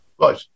Right